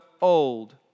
old